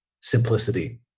simplicity